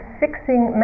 fixing